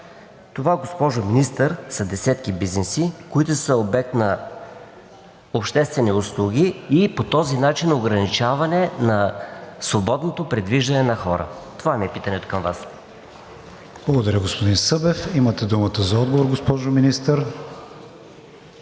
Това, госпожо Министър, са десетки бизнеси, които са обект на обществени услуги, и по този начин ограничаване на свободното придвижване на хора. Това ми е питането към Вас. ПРЕДСЕДАТЕЛ КРИСТИАН ВИГЕНИН: Благодаря, господин Събев. Имате думата за отговор, госпожо Министър.